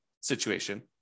situation